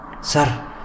Sir